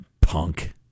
Punk